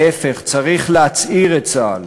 להפך, צריך להצעיר את צה"ל.